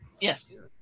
Yes